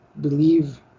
Believe